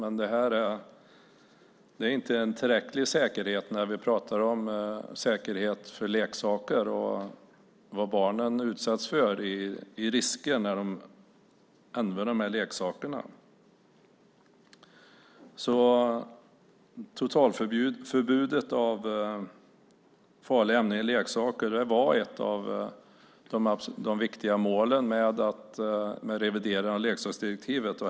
Men det är inte en tillräcklig säkerhet när vi pratar om leksaker och de risker som barnen utsätts för när de använder de här leksakerna. Totalförbudet av farliga ämnen i leksaker var ett av de viktiga målen med revideringen av leksaksdirektivet.